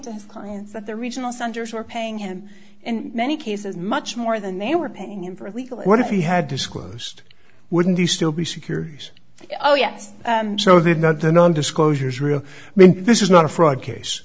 his clients that the regional centers were paying him and many cases much more than they were paying him for a legal what if he had disclosed wouldn't he still be secure oh yes so that's not the non disclosure israel i mean this is not a fraud case